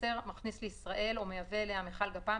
מכניס לישראל או מייבא אליה מכל גפ"מ,